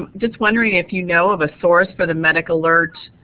just wondering if you know of a source for the medic alert